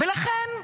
ולכן,